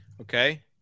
Okay